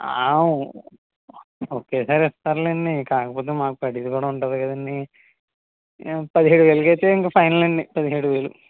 okay సరే ఇస్తారులెండీ కాకపోతే మాకు పడ్డది ఉంటుంది కదండీ పదిహేడు వేలకైతే ఇంక ఫైనల్ అండి పదిహేడు వేలు